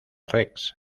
rex